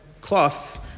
cloths